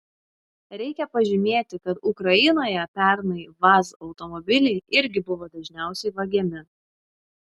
reikia pažymėti kad ukrainoje pernai vaz automobiliai irgi buvo dažniausiai vagiami